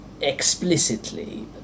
explicitly